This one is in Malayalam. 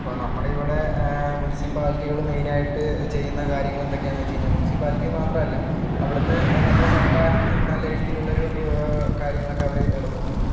ഇപ്പോൾ നമ്മുടെ ഇവിടെ മുൻസിപ്പാലിറ്റികൾ മെയിനായിട്ട് ചെയ്യുന്ന കാര്യങ്ങളെന്തൊക്കെയാണെന്നു വച്ച് കഴിഞ്ഞാൽ മുൻസിപ്പാലിറ്റി മാത്രമല്ല അവിടെനിന്ന് നമ്മുടെ സർക്കാരിന്റടുത്ത് നിന്ന് നല്ല രീതിയിലുള്ളൊരു കാര്യങ്ങളൊക്കെ അവർ ഇടപെടുന്നുണ്ട്